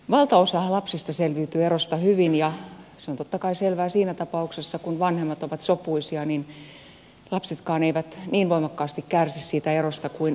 valtaosahan lapsista selviytyy erosta hyvin ja se on totta kai selvää siinä tapauksessa kun vanhemmat ovat sopuisia jolloin lapsetkaan eivät niin voimakkaasti kärsi siitä erosta kuin riitatilanteissa